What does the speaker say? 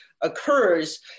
occurs